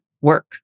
work